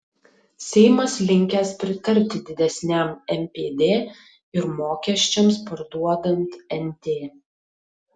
seimas linkęs pritarti didesniam npd ir mokesčiams parduodant nt